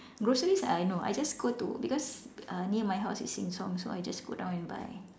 groceries uh no I just go to because err near my house is Sheng Siong so I just go down and buy